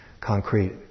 concrete